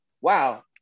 wow